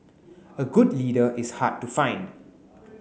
a good leader is hard to find